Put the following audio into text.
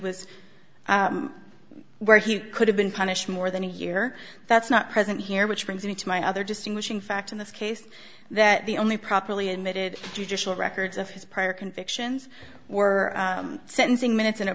was where he could have been punished more than a year that's not present here which brings me to my other distinguishing fact in this case that the only properly emitted judicial records of his prior convictions were sentencing minutes in a